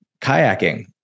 kayaking